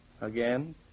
Again